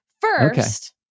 first